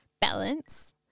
balance